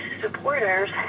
supporters